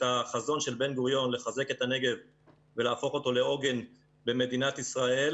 החזון של בן גוריון לחזק את הנגב ולהפוך אותו לעוגן במדינת ישראל,